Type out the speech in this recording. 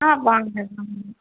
ஆ வாங்க வாங்க